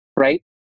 Right